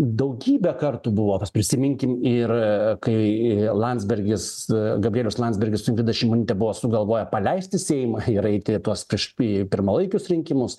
daugybę kartų buvo pas prisiminkim ir kai landsbergis gabrielius landsbergissu ingrida šimonyte buvo sugalvoję paleisti seimą ir eiti tuos prieš pirmalaikius rinkimus